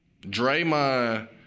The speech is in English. Draymond